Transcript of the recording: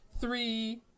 three